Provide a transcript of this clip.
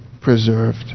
preserved